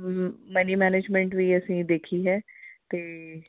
ਮ money management ਵੀ ਅਸੀਂ ਦੇਖੀ ਹੈ ਅਤੇ